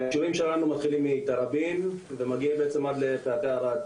הישובים שלנו מתחילים מתראבין ומגיעים בעצם עד פאתי ערד.